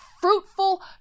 fruitful